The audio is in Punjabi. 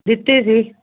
ਦਿੱਤੀ ਸੀ